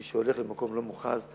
מי שהולך למקום לא מוכרז,